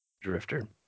Drifter